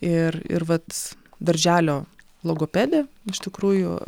ir ir vat darželio logopedė iš tikrųjų